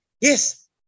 Yes